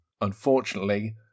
Unfortunately